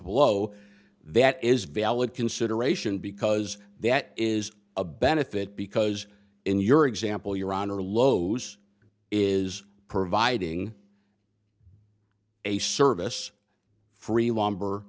below that is valid consideration because that is a benefit because in your example your honor loz is providing a service free l